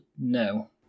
no